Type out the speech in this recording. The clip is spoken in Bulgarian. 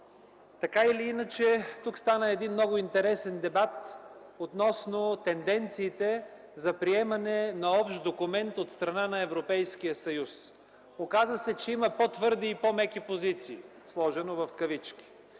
повторенията. Тук стана много интересен дебат относно тенденциите за приемане на общ документ от страна на Европейския съюз. Оказа се, че има по-твърди и по-меки позиции, сложено в кавички.